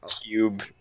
cube